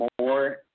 more